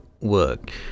work